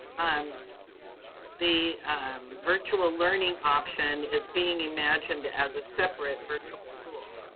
um the virtual learning option is being imagined as a separate virtual school.